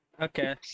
okay